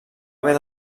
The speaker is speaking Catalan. haver